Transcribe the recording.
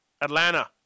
Atlanta